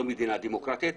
לא מדינה דמוקרטית,